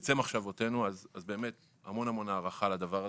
בקצה מחשבותינו, אז באמת המון הערכה על הדבר הזה.